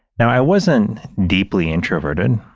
now, i wasn't deeply introverted.